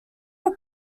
were